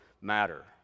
matter